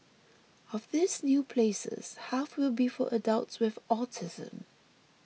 of these new places half will be for adults with autism